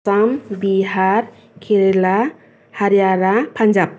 Assam Bihar Kerala Haryana Punjab